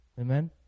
Amen